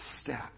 step